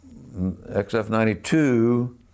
XF-92